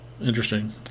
interesting